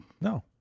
No